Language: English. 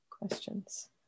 questions